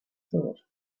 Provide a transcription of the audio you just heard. thought